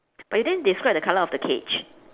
but you didn't describe the color of the cage